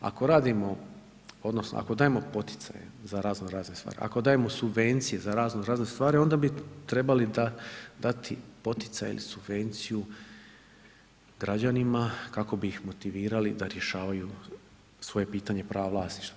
Ako radimo, odnosno ako dajemo poticaje za razno razne stvari, ako dajemo subvencije za razno razne stvari onda bi trebali dati poticaj ili subvenciju građanima kako bi ih motivirali da rješavaju svoje pitanje pravo vlasništva.